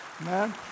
Amen